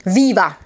viva